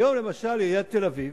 היום, למשל, עיריית תל-אביב